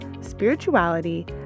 spirituality